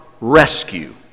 rescue